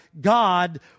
God